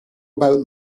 about